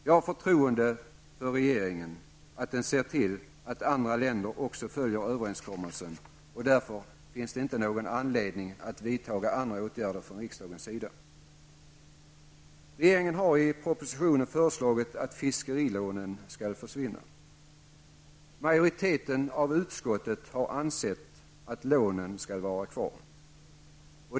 Jag har förtroende för att regeringen ser till att andra länder också följer överenskommelsen. Därför finns det inte någon anledning att vidta andra åtgärder från riksdagens sida. Regeringen har i propositionen föreslagit att fiskerilånen skall försvinna. Majoriteten i utskottet har ansett att lånen skall vara kvar.